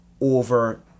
over